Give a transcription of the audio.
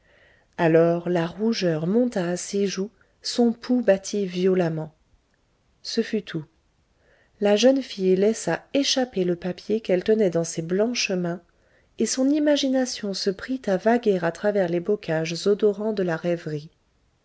alors la rougeur monta à ses joues son pouls battit violemment ce fut tout la jeune fille laissa échapper le papier qu'elle tenait dans ses blanches mains et son imagination se prit à vaguer à travers les bocages odorants de la rêverie